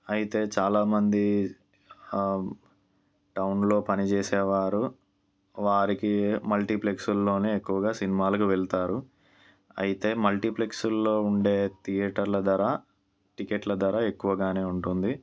అయితే చాలామంది టౌన్లో పనిచేసే వారు వారికి మల్టీప్లెక్స్లోనే ఎక్కువగా సినిమాలకు వెళ్తారు అయితే మల్టీప్లెక్స్లో ఉండే థియేటర్ల ధర టికెట్ల ధర ఎక్కువగానే ఉంటుంది